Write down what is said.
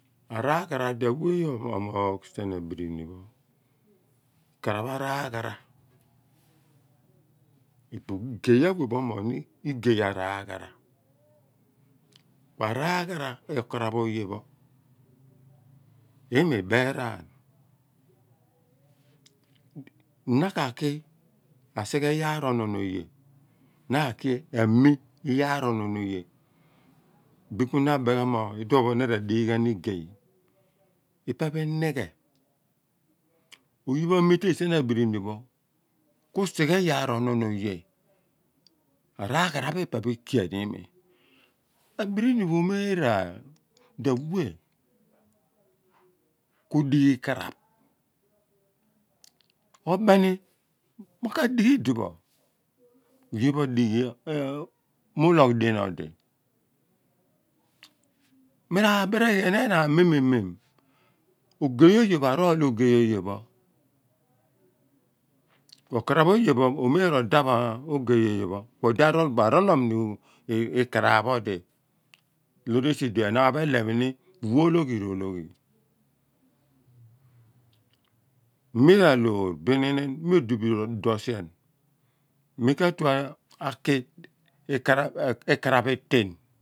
A r'aghara dia wea omoogh sien abrini pho ikraph aragh ara igey a wea pho omoagh igey araa gha ra kua raghara okaraph oye pho imi iberaan naka ki asighe iyaar onoon oye na ka ki a mi iyaar onoon oye bin ku na ra beem ghan mo na ra dighi ghan igey ipe pho idighe oye pho ameatea sien abirini pho ku seghe iyaar onoon aye a raghara pho ipe pho ikia ni lmi abrini pho umeera dia wea ko dighi ikaraph obeni mo ka dighi idipho oye pho adighi muloogh nean odi miraa beeri ghighan enaan mimimim nio ogey o ye pho a rool li ogey oye okaraph oye pho omeera odap oh gey oye pho odi a rolom ni ikaraphe di loor esi di enaan pho elem ni uwo loghi rodoghi miraloor bin ni nim meo di bo idoun sien mi ka̱ tue aki ekaraph etan.